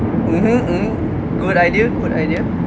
mmhmm mmhmm good idea good idea